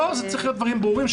הדברים צריכים להיות ברורים,